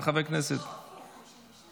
אבל חבר הכנסת --- לא,